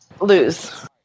Lose